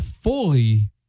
fully